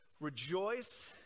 Rejoice